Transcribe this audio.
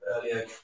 earlier